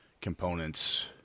components